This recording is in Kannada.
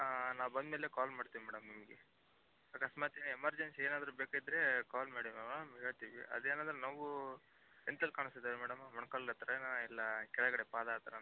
ಹಾಂ ನಾ ಬಂದಮೇಲೆ ಕಾಲ್ ಮಾಡ್ತೀನಿ ಮೇಡಮ್ ನಿಮಗೆ ಅಕಸ್ಮಾತ್ ಎಮರ್ಜನ್ಸಿ ಏನಾದರು ಬೇಕಾಗಿದ್ದರೆ ಕಾಲ್ ಮಾಡಿ ಮೇಡಮ್ ಹೇಳ್ತೀವಿ ಅದು ಏನಂದ್ರೆ ನೋವು ಎಂತಲ್ಲಿ ಕಾಣಿಸ್ತಿದೆ ಮೇಡಮ್ ಮೊಣಕಾಲು ಹತ್ತಿರನಾ ಇಲ್ಲ ಕೆಳಗಡೆ ಪಾದ ಹತ್ತಿರನಾ